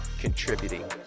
contributing